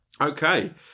okay